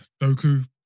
Doku